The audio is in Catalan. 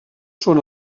són